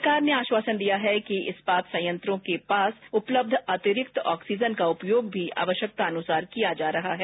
सरकार ने आश्वासन दिया है कि इस्पात संयंत्रों के पास उपलब्ध अतिरिक्त ऑक्सीजन का उपयोग भी आवश्यकतानुसार किया जा रहा है